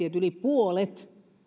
että yli puolet